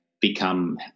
become